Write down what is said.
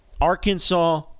arkansas